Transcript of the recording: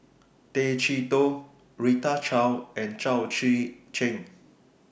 Tay Chee Toh Rita Chao and Chao Tzee Cheng